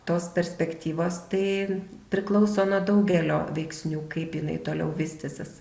tos perspektyvos tai priklauso nuo daugelio veiksnių kaip jinai toliau vystysis